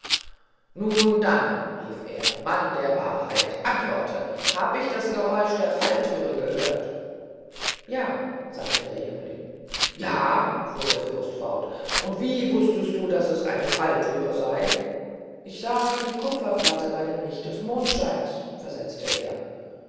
nun dann rief er mann der wahrheit antworte hab ich das geräusch der fallthüre gehört ja sagte der jüngling ja fuhr der fürst fort und wie wußtest du daß eine fallthür hier sey ich sah die kupferplatte bey dem licht des mondscheins versetzte er